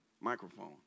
microphone